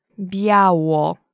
Biało